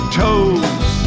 toes